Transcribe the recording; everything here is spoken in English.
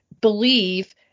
believe